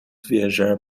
viajar